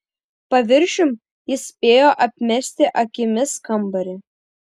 paviršium jis spėjo apmesti akimis kambarį